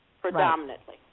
predominantly